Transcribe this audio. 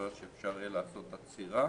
כלומר שאפשר יהיה לעשות עצירה,